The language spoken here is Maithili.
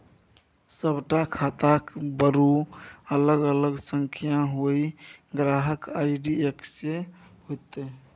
सभटा खाताक बरू अलग अलग संख्या होए ग्राहक आई.डी एक्के हेतै